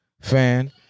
fan